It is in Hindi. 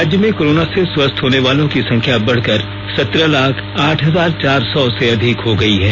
राज्य में कोरोना से स्वस्थ्य होने वालो की संख्या बढ़कर सत्रह लाख आठ हजार चार सौ से अधिक हो गई है